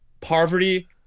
poverty